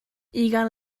ugain